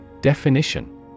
Definition